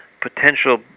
potential